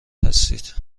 هستید